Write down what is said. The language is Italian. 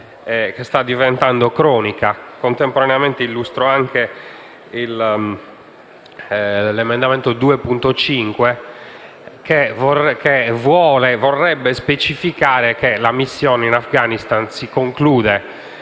e sta diventando cronica. Illustro contemporaneamente anche l'emendamento 2.5, che vorrebbe specificare che la missione in Afghanistan si conclude